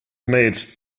made